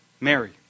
Mary